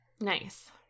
Nice